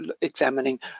examining